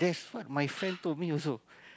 that's what my friend told me also